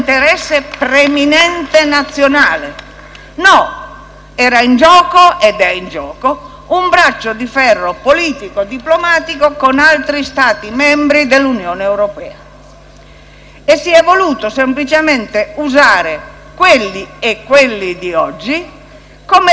un braccio di ferro politico-diplomatico con altri Stati membri dell'Unione europea. E si è voluto semplicemente usare quelle persone e quelle di oggi come leva o capro espiatorio o scudo umano - o come lo volete chiamare